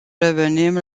revenim